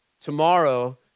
Tomorrow